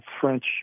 French